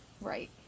Right